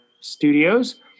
studios